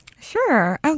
Sure